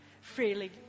Freely